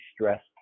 stressed